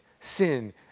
sin